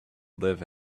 live